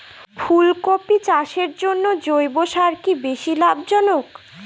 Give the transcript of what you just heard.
ফুলকপি চাষের জন্য জৈব সার কি বেশী লাভজনক?